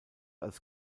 als